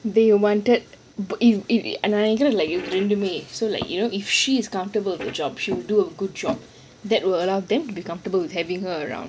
they wanted ரெண்டுமே:rendume so like you know if she is comfortable with her job she would do a good job that will allow them to be comfortable with having her around